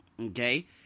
Okay